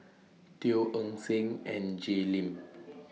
Teo Eng Seng and Jay Lim